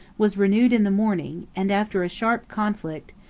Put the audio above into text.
was renewed in the morning and, after a sharp conflict,